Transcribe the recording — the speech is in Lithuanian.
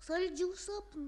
saldžių sapnų